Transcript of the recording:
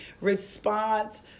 response